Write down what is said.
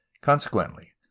consequently